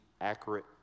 accurate